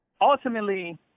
ultimately